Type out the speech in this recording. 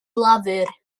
lafur